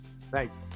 Thanks